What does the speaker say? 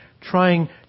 trying